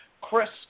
Chris